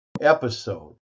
episode